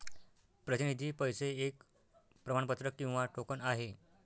प्रतिनिधी पैसे एक प्रमाणपत्र किंवा टोकन आहे